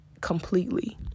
completely